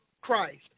Christ